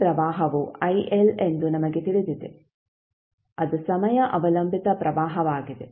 ಈ ಪ್ರವಾಹವು ಎಂದು ನಮಗೆ ತಿಳಿದಿದೆ ಅದು ಸಮಯ ಅವಲಂಬಿತ ಪ್ರವಾಹವಾಗಿದೆ